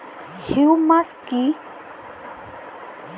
Humus কি?